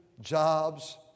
jobs